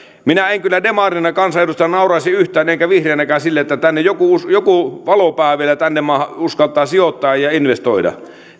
minä en kyllä demarien kansanedustajana nauraisi yhtään enkä vihreä näkään sille että joku valopää vielä tähän maahan uskaltaa sijoittaa ja investoida